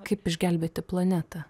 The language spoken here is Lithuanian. kaip išgelbėti planetą